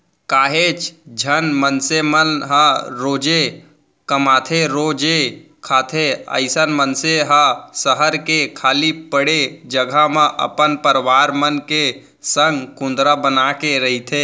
काहेच झन मनसे मन ह रोजे कमाथेरोजे खाथे अइसन मनसे ह सहर के खाली पड़े जघा म अपन परवार मन के संग कुंदरा बनाके रहिथे